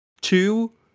Two